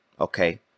okay